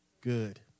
good